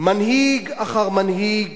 מנהיג אחר מנהיג